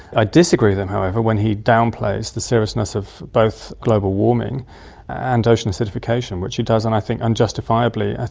ah disagree with him and however when he downplays the seriousness of both global warming and ocean acidification, which he does and i think unjustifiably. ah